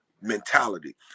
mentality